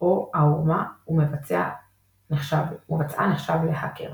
או הערמה והמבצע נחשב ל"האקר".